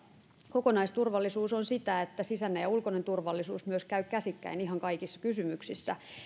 kokonaisturvallisuus on sitä että sisäinen ja ulkoinen turvallisuus käyvät käsikkäin ihan kaikissa kysymyksissä